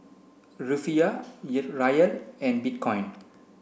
Rufiyaa Riyal and Bitcoin